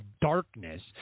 darkness